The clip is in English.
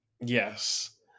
Yes